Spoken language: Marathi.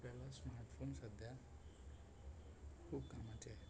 आपल्याला स्मार्टफोन सध्या खूप कामाचे आहेत